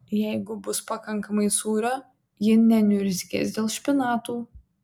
jeigu bus pakankamai sūrio ji neniurzgės dėl špinatų